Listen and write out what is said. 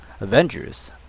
avengers